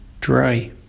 dry